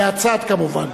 מהצד, כמובן.